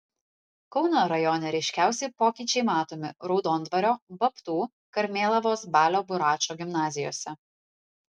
kauno rajone ryškiausi pokyčiai matomi raudondvario babtų karmėlavos balio buračo gimnazijose